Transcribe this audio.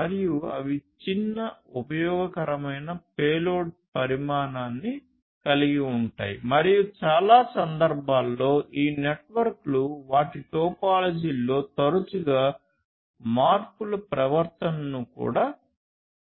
మరియు అవి చిన్న ఉపయోగకరమైన పేలోడ్ పరిమాణాన్ని కలిగి ఉంటాయి మరియు చాలా సందర్భాలలో ఈ నెట్వర్క్లు వాటి టోపోలాజీలో తరచుగా మార్పుల ప్రవర్తనను కూడా